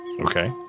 Okay